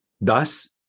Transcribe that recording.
Thus